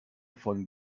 von